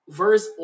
verse